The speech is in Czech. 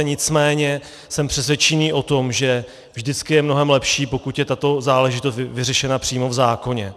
Nicméně jsme přesvědčeni o tom, že vždycky je mnohem lepší, pokud je tato záležitost vyřešena přímo v zákoně.